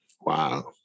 Wow